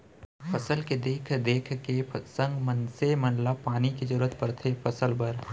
फसल के देख देख के संग मनसे मन ल पानी के जरूरत परथे फसल बर